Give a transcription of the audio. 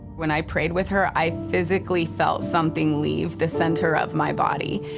when i prayed with her, i physically felt something leave the center of my body.